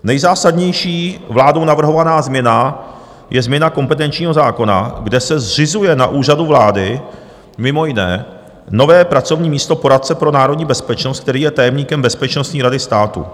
Nejzásadnější vládou navrhovaná změna je změna kompetenčního zákona, kde se zřizuje na Úřadu vlády mimo jiné nové pracovní místo poradce pro národní bezpečnost, který je tajemníkem Bezpečnostní rady státu.